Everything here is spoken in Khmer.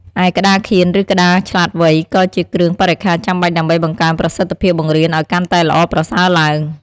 ឯក្ដារខៀន ឬក្ដារឆ្លាតវៃ ក៏ជាគ្រឿងបរិក្ខារចាំបាច់ដើម្បីបង្កើនប្រសិទ្ធភាពបង្រៀនឲ្យកាន់តែល្អប្រសើរឡើង។